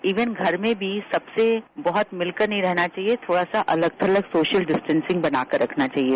even घर में भी बह्त मिलकर नहीं रहना चाहिए थोड़ा सा अलग थलग सोशल डिस्टेंसिंग बनाकर रखना चाहिए